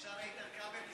אפשר "איתן כבל"?